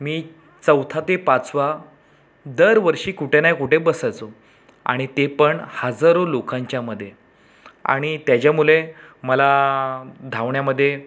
मी चौथा ते पाचवा दरवर्षी कुठे नाही कुठे बसायचो आणि ते पण हजारो लोकांच्या मध्ये आणि त्याच्या मुळे मला धावण्यामध्ये